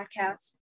podcast